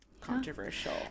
controversial